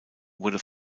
wurde